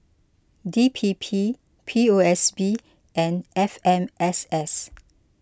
D P P P O S B and F M S S